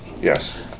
Yes